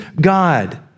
God